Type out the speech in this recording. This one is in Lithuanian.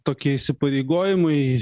tokie įsipareigojimai